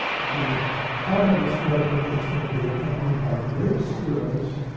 the cognitive stratification will be accompanied by great skills